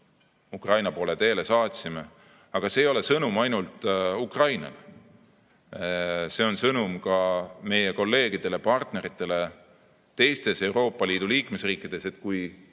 Ukraina poole teele saatsime. Aga see ei ole sõnum ainult Ukrainale. See on sõnum ka meie kolleegidele ja partneritele teistes Euroopa Liidu liikmesriikides. Kui